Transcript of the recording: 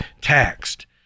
taxed